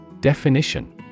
Definition